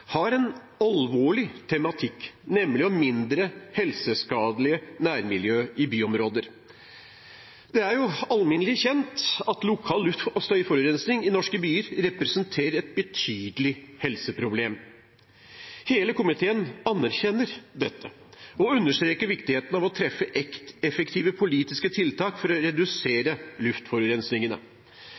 har en alvorlig tematikk, nemlig mindre helseskadelig nærmiljø i byområder. Det er alminnelig kjent at lokal luft- og støyforurensning i norske byer representerer et betydelig helseproblem. Hele komiteen anerkjenner dette og understreker viktigheten av å treffe effektive politiske tiltak for å redusere